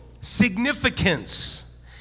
significance